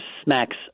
smacks